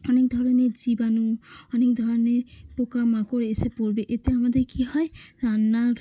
অনেক ধরনের জীবাণু অনেক ধরনের পোকামাকড় এসে পড়বে এতে আমাদের কী হয় রান্নার